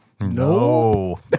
No